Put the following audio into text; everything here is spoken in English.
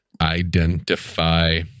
Identify